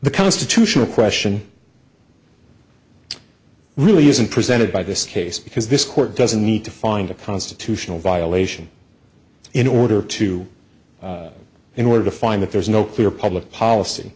the constitutional question really isn't presented by this case because this court doesn't need to find a constitutional violation in order to in order to find that there's no clear public policy